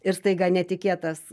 ir staiga netikėtas